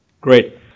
Great